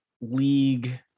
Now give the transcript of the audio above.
league